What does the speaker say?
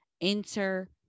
Enter